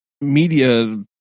media